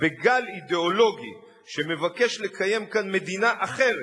בגל אידיאולוגי שמבקש לקיים כאן מדינה אחרת,